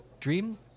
dream